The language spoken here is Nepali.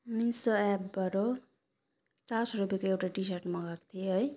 मिसो एपबाट चार सय रुपेको एउटा टी सर्ट मगाएको थिएँ है